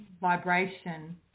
vibration